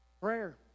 Prayer